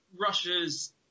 Russia's